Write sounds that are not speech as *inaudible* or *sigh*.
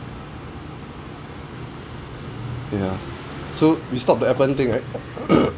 wait ah so we stopped the Sppen thing right *coughs*